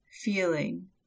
feeling